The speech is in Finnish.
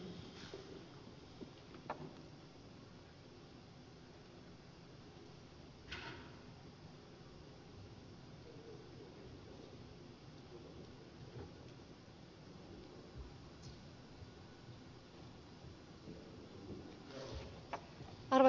arvoisa puhemies